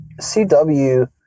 CW